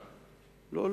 לא,